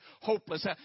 hopeless